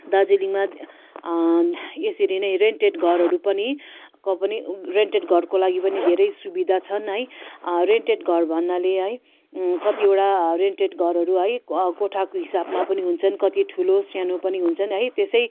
दार्जिलिङमा यसरी नै रेन्टेड घरहरू पनि को पनि रेन्टेड घरको लागि पनि धेरै सुविधा छन् है रेन्टेड घर भन्नाले है कतिवटा रेन्टेड घरहरू है कोठाको हिसाबमा पनि हुन्छन् कति ठुलो सानो पनि हुन्छन् है त्यसै